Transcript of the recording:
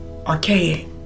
archaic